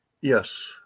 Yes